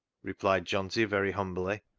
replied johnty very humbly.